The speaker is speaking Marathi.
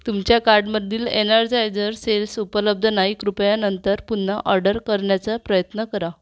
तुमच्या कार्टमधील एनर्जायजर सेल्स उपलब्ध नाही कृपया नंतर पुन्हा ऑर्डर करण्याचा प्रयत्न करा